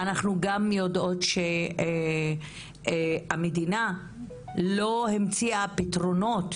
אנחנו גם יודעות שהמדינה לא המציאה פתרונות